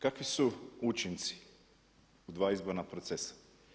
Kakvi su učinci u dva izborna procesa?